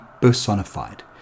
personified